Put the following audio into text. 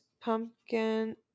pumpkin